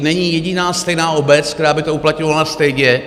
Není jediná stejná obec, která by to uplatňovala stejně.